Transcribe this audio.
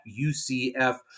UCF